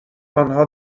آنها